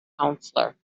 counselor